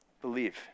Believe